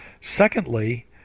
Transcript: Secondly